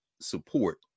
support